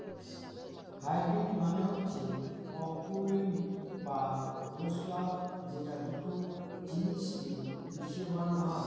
hybrid মানে হচ্ছে অকুলীন বা দোঁশলা যেটা দুটো জিনিস কে মিশিয়ে বানানো হয়